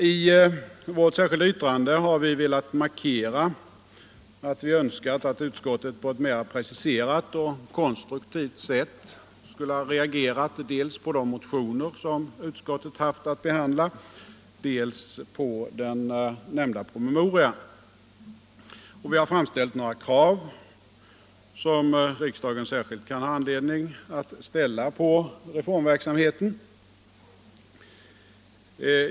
I vårt särskilda yttrande har vi velat markera att vi hade önskat att utskottet på ett mera preciserat och konstruktivt sätt skulle ha reagerat dels på de motioner som utskottet haft att behandla, dels på den nämnda promemorian. Vi har framställt några krav som riksdagen kan ha särskild anledning att ställa på reformverksamheten.